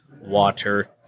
water